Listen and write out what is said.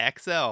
XL